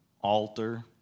altar